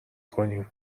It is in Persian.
کنیم